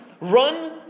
run